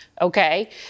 okay